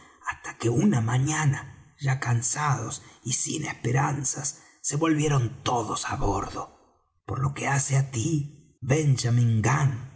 hasta que una mañana ya cansados y sin esperanzas se volvieron todos á bordo por lo que hace á tí